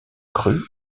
cru